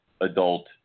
adult